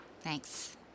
Thanks